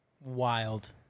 Wild